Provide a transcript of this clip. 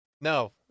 No